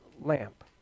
lamp